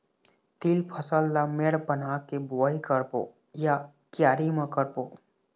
तील फसल ला मेड़ बना के बुआई करबो या क्यारी म करबो?